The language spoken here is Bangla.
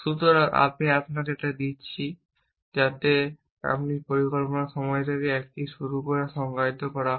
সুতরাং আমি আপনাকে একটি দিচ্ছি যাতে একটি পরিকল্পনার সমস্যা একটি শুরু দ্বারা সংজ্ঞায়িত করা হয়